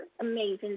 amazing